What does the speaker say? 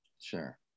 Sure